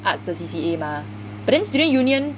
art 的 C_C_A mah but then student union